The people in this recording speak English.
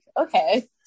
okay